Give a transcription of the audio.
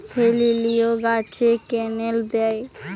হেলিলিও গাছে ক্যানেল দেয়?